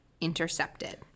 Intercepted